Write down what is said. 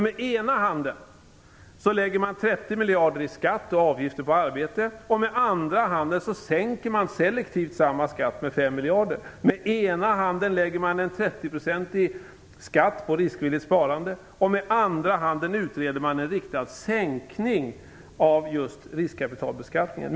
Med ena handen lägger man 30 miljarder i skatt och avgifter på arbete, och med andra handen sänker man selektivt samma skatt med 5 miljarder. Med ena handen lägger man en 30-procentig skatt på riskvilligt sparande, och med andra handen utreder man en riktad sänkning av just riskkapitalbeskattningen.